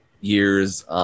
year's –